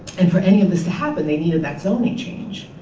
and for any of this to happen they needed that zoning change.